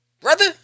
Brother